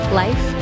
life